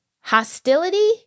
hostility